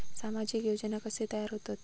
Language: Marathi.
सामाजिक योजना कसे तयार होतत?